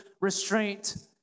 restraint